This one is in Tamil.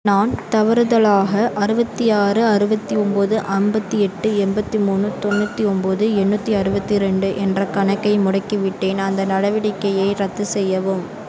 நான் தவறுதலாக அறுபத்தி ஆறு அறுபத்தி ஒம்பது ஐம்பத்தி எட்டு எண்பத்தி மூணு தொண்ணூற்றி ஒம்பது எண்ணூற்றி அறுபத்தி ரெண்டு என்ற கணக்கை முடக்கிவிட்டேன் அந்த நடவடிக்கையை ரத்து செய்யவும்